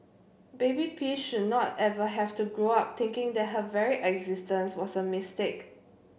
baby P should not ever have to grow up thinking that her very existence was a mistake